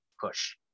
push